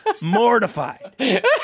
mortified